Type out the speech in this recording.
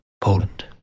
Poland